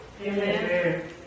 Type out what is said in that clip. Amen